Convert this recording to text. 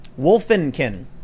Wolfenkin